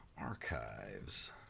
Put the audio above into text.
Archives